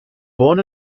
born